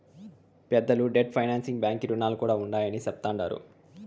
పెద్దలు debt financing బాంకీ రుణాలు కూడా ఉండాయని చెప్తండారు